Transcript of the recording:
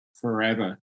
forever